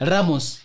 Ramos